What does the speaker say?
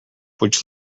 which